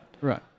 Right